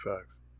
facts